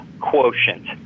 quotient